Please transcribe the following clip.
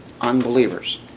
Unbelievers